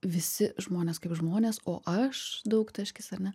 visi žmonės kaip žmonės o aš daugtaškis ar ne